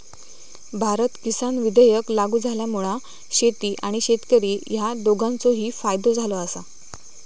भारत किसान विधेयक लागू झाल्यामुळा शेती आणि शेतकरी ह्या दोघांचोही फायदो झालो आसा